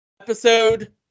Episode